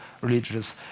religious